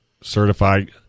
certified